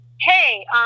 hey